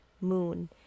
moon